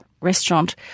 restaurant